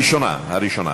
סליחה, הצעת החוק הראשונה